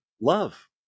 love